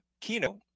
keynote